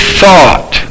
thought